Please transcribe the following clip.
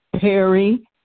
Perry